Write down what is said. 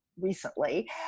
recently